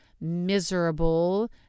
miserable